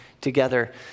together